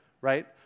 right